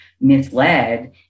misled